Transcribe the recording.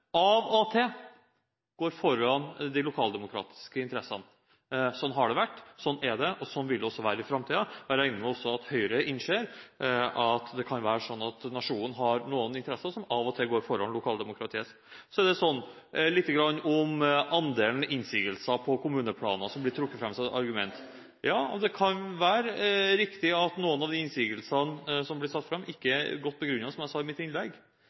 av og til går foran de lokaldemokratiske interessene. Sånn har det vært, sånn er det, og sånn vil det også være i framtiden. Jeg regner med at også Høyre innser at det kan være sånn at nasjonen har noen interesser som av og til går foran lokaldemokratiets. Så litt om andelen innsigelser til kommuneplaner, som blir trukket fram som argument: Ja, det kan være riktig at noen av de innsigelsene som blir satt fram, ikke er godt begrunnet – som jeg sa i mitt innlegg